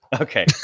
Okay